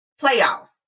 playoffs